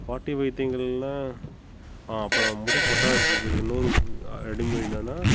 பாட்டி வைத்தியங்கள்லாம் அப்புறம் முடி கொட்டாது இருக்கிறதுக்கு இன்னொரு என்னன்னா